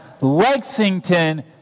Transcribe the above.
Lexington